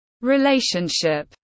relationship